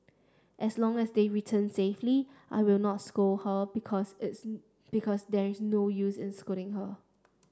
as long as they return safely I will not scold her because this because there is no use in scolding her